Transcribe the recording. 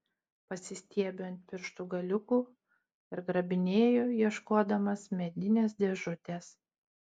pasistiebiu ant pirštų galiukų ir grabinėju ieškodamas medinės dėžutės